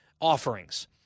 offerings